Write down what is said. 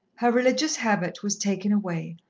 her religious habit was taken away,